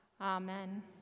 Amen